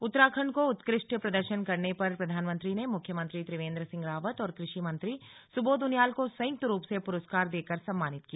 उत्तराखंड को उत्कृष्ट प्रदर्शन करने पर प्रधानमंत्री ने मुख्यमंत्री त्रिवेन्द्र सिंह रावत और कृषि मंत्री सुबोध उनियाल को संयुक्त रूप से पुरस्कार देकर सम्मानित किया